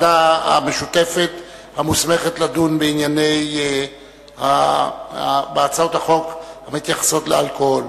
הוועדה המשותפת המוסמכת לדון בהצעות החוק המתייחסות לאלכוהול.